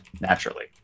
naturally